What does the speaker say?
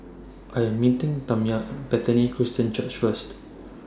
I Am meeting Tamya Bethany Christian Church First